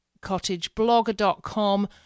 cottageblogger.com